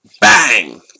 bang